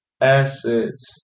assets